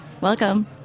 Welcome